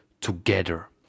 together